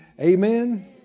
amen